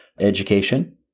Education